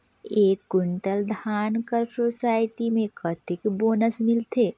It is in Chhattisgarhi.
एक कुंटल धान कर सोसायटी मे कतेक बोनस मिलथे?